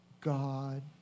God